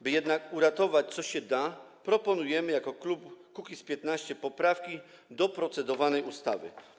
By jednak uratować, co się da, proponujemy jako klub Kukiz’15 poprawki do procedowanej ustawy.